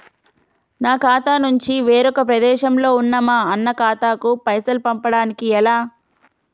నా ఖాతా నుంచి వేరొక ప్రదేశంలో ఉన్న మా అన్న ఖాతాకు పైసలు పంపడానికి ఎలా?